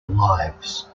lives